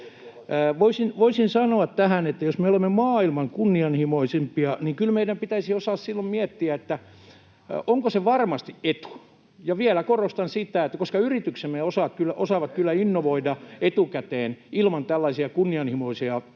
Voisin sanoa tähän, että jos me olemme maailman kunnianhimoisimpia, niin kyllä meidän pitäisi osata silloin miettiä, onko se varmasti etu. [Perussuomalaisten ryhmästä: On se etu, muttei Suomen etu!] Ja vielä korostan sitä, että koska yrityksemme osaavat kyllä innovoida etukäteen ilman tällaisia kunnianhimoisia tavoitteita,